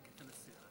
כבוד היושב-ראש,